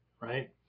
right